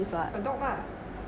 adopt lah